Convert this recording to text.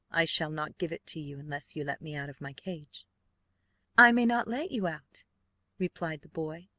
i shall not give it to you unless you let me out of my cage i may not let you out replied the boy,